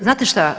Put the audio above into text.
Znate šta?